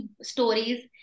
stories